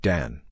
Dan